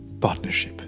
partnership